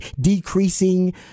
decreasing